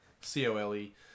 C-O-L-E